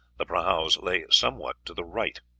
the prahus lay somewhat to the right.